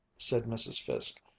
said mrs. fiske,